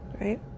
right